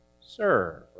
serve